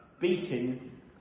beating